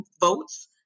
votes